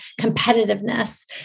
competitiveness